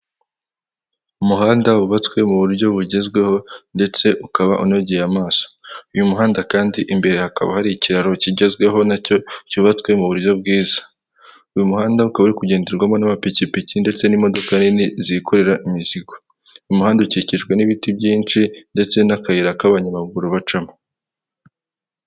Umuhanda wubatswe mu buryo bugezweho ndetse ukaba unogeye amaso, uyu muhanda kandi imbere hakaba hari ikiraro kigezweho na cyo cyubatswe mu buryo bwiza, uyu muhanda ukaba kugenderwamo n'amapikipiki ndetse n'imodoka nini zikorera imizigo, uyu muhanda ukikijwe n'ibiti byinshi ndetse n'akayira k'abanyamaguru bacamo.